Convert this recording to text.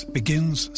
begins